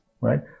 right